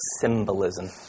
symbolism